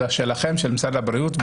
של משרד הבריאות,